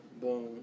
Boom